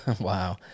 Wow